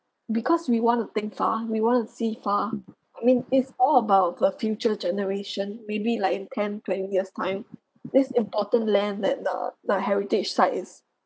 because we want to think far we want to see far I mean is all about the future generation maybe like in ten twenty years time this important land than the the heritage site is